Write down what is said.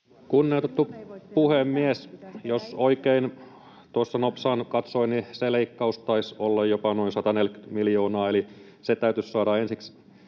Kunnioitettu puhemies! Jos oikein tuossa nopsaan katsoin, niin se leikkaus taisi olla jopa noin 140 miljoonaa, eli se täytyisi saada ensiksi